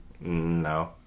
No